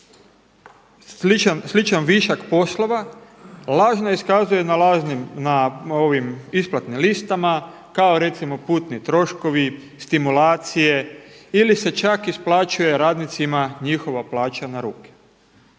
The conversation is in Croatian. sličan višak poslova, lažno iskazuje na isplatnim listama kao recimo putni troškovi, stimulacije ili se čak isplaćuje radnicima njihova plaća na ruke,